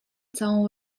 całą